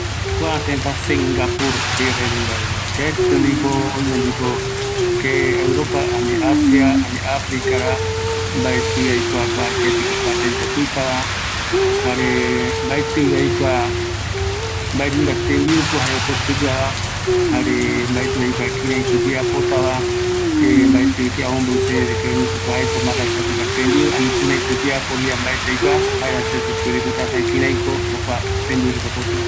Kua singapur pegua reta jembiu mbaetï yaikuavi, mbaetɨvi aikua ketiko kua tëtä opɨta, mbaetɨvi aesa, jera aikua jembiuretaregua, jaëramo jaepota kïraïko oyaporeta jembiura, jare yaevaera kua tëtäpegua reta jae kuraï jembiu